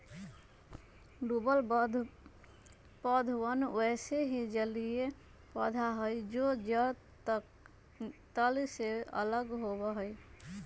डूबल पौधवन वैसे ही जलिय पौधा हई जो जड़ तल से लगल होवा हई